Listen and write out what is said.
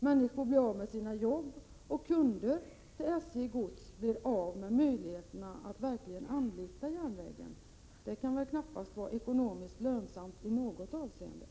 Människor blir av med sina jobb, och kunder till SJ Gods blir av med möjligheterna att verkligen anlita järnvägen. Detta kan väl knappast vara ekonomiskt lönsamt i något avseende.